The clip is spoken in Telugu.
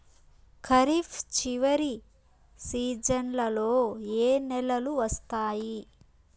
ఖరీఫ్ చివరి సీజన్లలో ఏ నెలలు వస్తాయి?